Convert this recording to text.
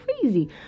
crazy